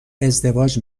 ازدواج